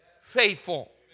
faithful